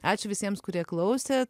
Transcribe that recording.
ačiū visiems kurie klausė